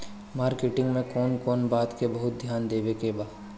Marketing मे कौन कौन बात के बहुत ध्यान देवे के बा?